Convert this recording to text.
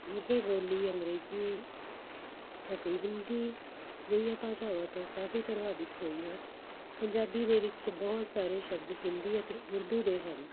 ਇਹ ਬੋਲੀ ਅੰਗਰੇਜ਼ੀ ਅਤੇ ਹਿੰਦੀ ਜਿਹੀਆਂ ਭਾਸ਼ਾਵਾਂ ਤੋਂ ਕਾਫੀ ਪ੍ਰਭਾਵਿਤ ਹੋਈ ਹੈ ਪੰਜਾਬੀ ਦੇ ਵਿੱਚ ਬਹੁਤ ਸਾਰੇ ਸ਼ਬਦ ਹਿੰਦੀ ਅਤੇ ਉਰਦੂ ਦੇ ਹਨ